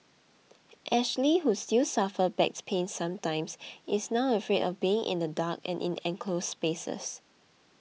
Ashley who still suffers back pains sometimes is now afraid of being in the dark and in enclosed spaces